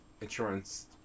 insurance